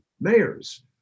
mayors